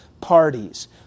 parties